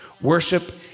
Worship